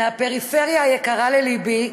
מהפריפריה, היקרה לליבי,